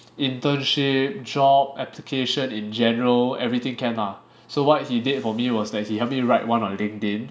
internship job application in general everything can lah so what he did for me was that he help me write one on LinkedIn